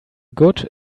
good